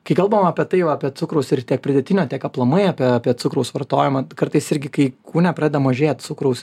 kai kalbam apie tai jau apie cukraus ir tiek pridėtinio tiek aplamai apie apie cukraus vartojimą kartais irgi kai kūne pradeda mažėt cukraus